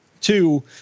two